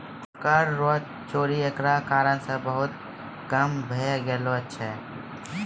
कर रो चोरी एकरा कारण से बहुत कम भै गेलो छै